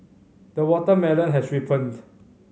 the watermelon has ripened